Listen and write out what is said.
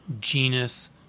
genus